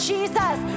Jesus